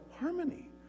harmony